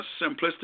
simplistic